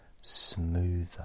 smoother